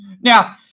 now